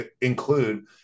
include